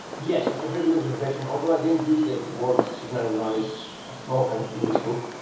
yes, that's a very good observation, although i didn't use the word signal and noise often in this book.